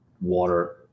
water